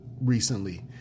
recently